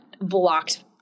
blocked